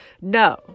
No